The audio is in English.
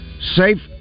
Safe